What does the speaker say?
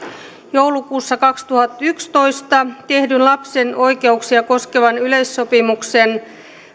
joulukuussa kaksituhattayksitoista tehdyn lapsen oikeuksia koskevan yleissopimuksen